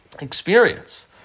experience